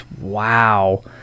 wow